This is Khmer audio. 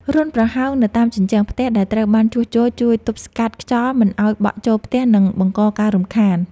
រន្ធប្រហោងនៅតាមជញ្ជាំងផ្ទះដែលត្រូវបានជួសជុលជួយទប់ស្កាត់ខ្យល់មិនឱ្យបក់ចូលខ្លាំង និង បង្កការរំខាន។